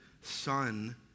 son